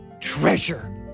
treasure